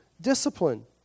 discipline